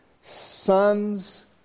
sons